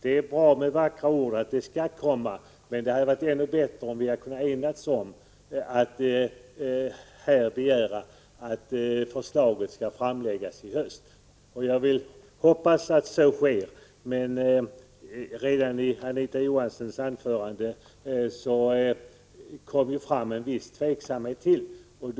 Det är bra med vackra ord om att förslaget skall komma, men det hade varit ännu bättre om vi hade kunnat enas om att begära att förslaget skall läggas fram i höst. Jag vill hoppas att så sker, men redan i Anita Johanssons anförande kom det fram en viss tveksamhet till det.